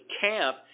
camp